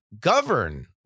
govern